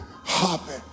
Hopping